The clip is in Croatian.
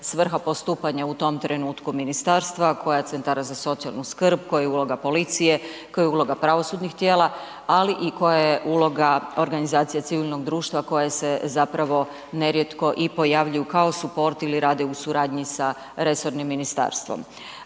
svrha postupanja u tom trenutku ministarstva a koja CZSS-a, koja je uloga policije, koja je uloga pravosudnih tijela ali i koja je uloga organizacije civilnog društva koja se zapravo nerijetko i pojavljuju kao suport ili rade u suradnji sa resornim ministarstvom.